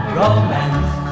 romance